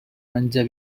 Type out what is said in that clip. menjar